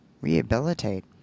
rehabilitate